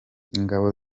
ingabo